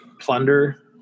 plunder